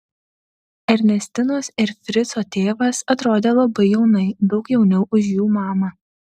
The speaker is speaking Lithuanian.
ernestinos ir frico tėvas atrodė labai jaunai daug jauniau už jų mamą